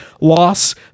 loss